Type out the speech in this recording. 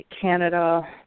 Canada